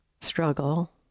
struggle